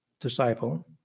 disciple